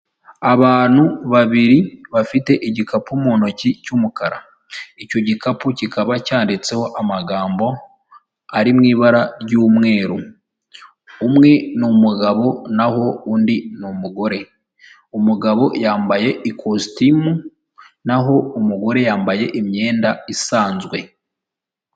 Abantu babiri bafite igikapu mu ntoki cy'umukara icyo gikapu kikaba cyanditseho amagambo ari mu ibara ry'umweru, umwe n'umugabo naho undi n'umugore umugabo yambaye ikositimu naho umugore yambaye imyenda isanzwe.